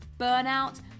burnout